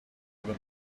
even